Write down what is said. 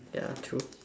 ya true